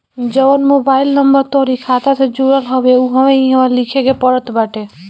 जवन mobile number तोहरी खाता से जुड़ल हवे उहवे इहवा लिखे के पड़त बाटे